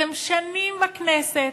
אתם שנים בכנסת,